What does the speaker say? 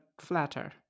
flatter